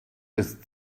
ist